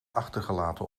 achtergelaten